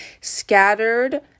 scattered